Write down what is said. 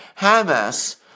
Hamas